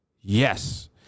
Yes